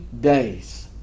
days